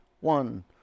One